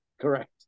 Correct